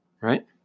right